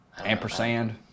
Ampersand